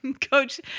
coach